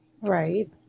Right